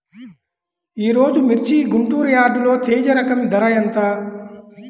ఈరోజు మిర్చి గుంటూరు యార్డులో తేజ రకం ధర ఎంత?